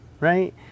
right